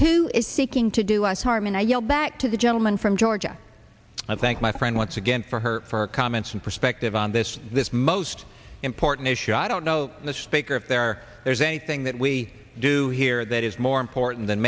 who is seeking to do us harm and i yell back to the gentleman from georgia i thank my friend once again for her comments and perspective on this this most important issue i don't know the speaker if there there's anything that we do here that is more important than